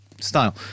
style